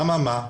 אממה,